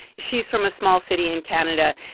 she's from a small city in canada.